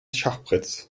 schachbretts